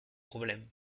problème